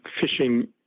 fishing